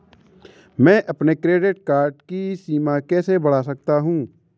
मैं अपने credit card की सीमा कैसे बढ़ा सकता हूँ?